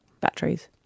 batteries